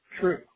true